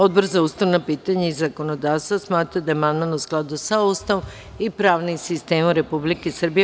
Odbor za ustavna pitanja i zakonodavstvo smatra da je amandman u skladu sa Ustavom i pravnim sistemom Republike Srbije.